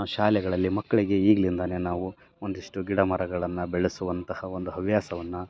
ಶಾಲೆಗಳಲ್ಲಿ ಮಕ್ಕಳಿಗೆ ಈಗಿಂದಾನೆ ನಾವು ಒಂದಿಷ್ಟು ಗಿಡ ಮರಗಳನ್ನು ಬೆಳೆಸುವಂತಹ ಒಂದು ಹವ್ಯಾಸವನ್ನು